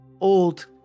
old